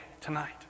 tonight